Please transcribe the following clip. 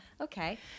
Okay